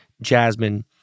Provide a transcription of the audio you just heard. Jasmine